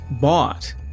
bought